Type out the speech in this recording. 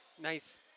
nice